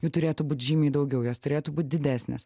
jų turėtų būti žymiai daugiau jos turėtų būt didesnės